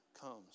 comes